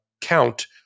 count